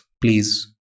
Please